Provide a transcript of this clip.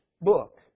book